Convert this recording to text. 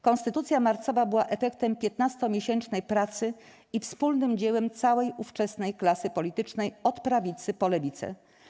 Konstytucja marcowa była efektem 15-miesięcznej pracy i wspólnym dziełem całej ówczesnej klasy politycznej, od prawicy po lewicę.